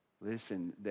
Listen